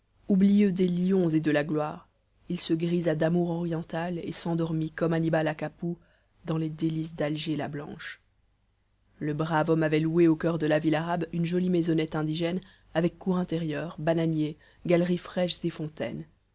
durant oublieux des lions et de la gloire il se grisa d'amour oriental et s'endormit comme annibal à capoue dans les délices d'alger la blanche le brave homme avait loué au coeur de la ville arabe une jolie maisonnette indigène avec cour intérieure bananiers galeries fraîches et fontaines